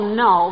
no